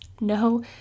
no